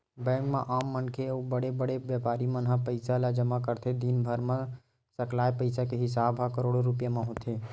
bank म आम मनखे अउ बड़े बड़े बेपारी मन ह पइसा ल जमा करथे, दिनभर म सकलाय पइसा के हिसाब ह करोड़ो रूपिया म होथे